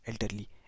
elderly